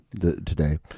today